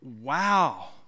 wow